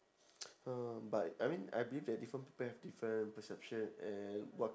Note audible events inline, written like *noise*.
*noise* oh but I mean I believe that different people have different perception and what